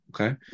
Okay